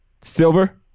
Silver